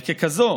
וככזאת,